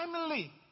family